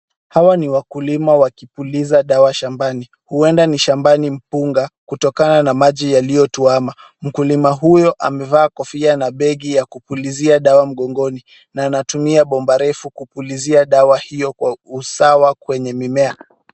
Hawa ni wakulima wakipuliza dawa shambani. Huenda ni shambani mpunga kutokana na maji yaliyotuama. Mkulima huyo amevaa kofia na begi ya kupulizia dawa mgongoni na anatumia bomba refu kupulizia dawa hiyo kwa usawa kwenye mimea.